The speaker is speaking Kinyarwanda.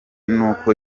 n’uko